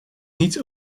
niet